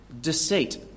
Deceit